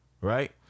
right